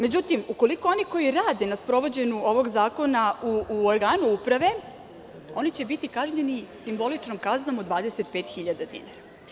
Međutim, ukoliko oni koji rade na sprovođenju ovog zakona u organu uprave, oni će biti kažnjeni simboličnom kaznom od 25.000 dinara.